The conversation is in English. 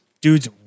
Dude's